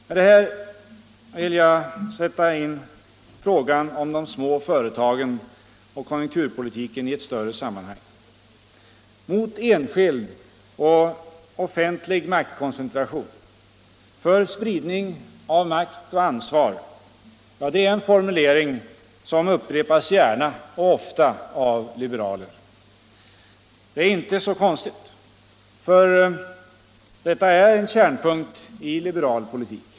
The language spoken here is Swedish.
Med detta vill jag sätta in frågan om de små företagen och konjunkturpolitiken i ett större sammanhang. Mot enskild och offent'ig maktkoncentration — för spridning av makt och ansvar. Det är en formulering som upprepas gärna och ofta av liberaler. Det är inte så konstigt, för detta är en kärnpunkt i liberal politik.